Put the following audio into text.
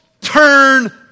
turn